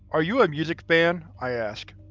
are you a music fan, i asked.